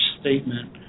statement